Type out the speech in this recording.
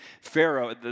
Pharaoh